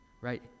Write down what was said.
right